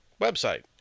website